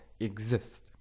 exist